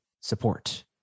support